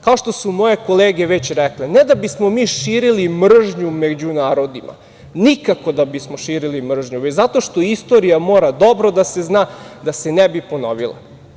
Kao što su moje kolege već rekle, ne da bismo mi širili mržnju među narodima, nikako da bismo širili mržnju, već zato što istorija mora dobro da se zna da se ne bi ponovila.